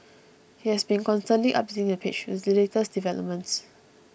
he has been constantly updating the page with the latest developments